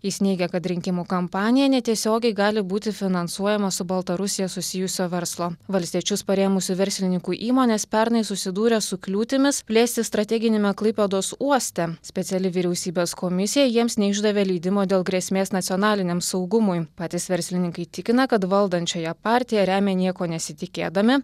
jis neigia kad rinkimų kampanija netiesiogiai gali būti finansuojama su baltarusija susijusio verslo valstiečius parėmusių verslininkų įmonės pernai susidūrė su kliūtimis plėstis strateginiame klaipėdos uoste speciali vyriausybės komisija jiems neišdavė leidimo dėl grėsmės nacionaliniam saugumui patys verslininkai tikina kad valdančiąją partiją remia nieko nesitikėdami